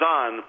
on